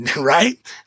right